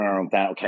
okay